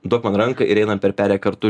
duok man ranką ir einam per perėją kartu